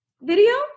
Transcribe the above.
video